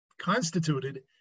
constituted